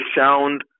sound